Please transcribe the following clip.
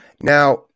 Now